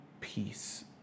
peace